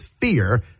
fear